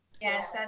Yes